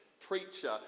preacher